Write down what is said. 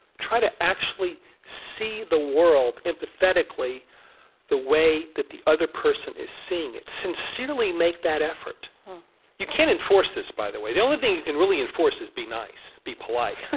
try to actually see the world empathetically the way that the other person is seeing it. sincerely make that effort you can't enforce this, by the way. the only thing you can really enforce is be nice, be polite.